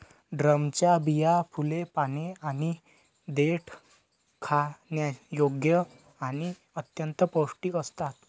ड्रमच्या बिया, फुले, पाने आणि देठ खाण्यायोग्य आणि अत्यंत पौष्टिक असतात